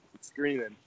screaming